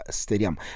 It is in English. stadium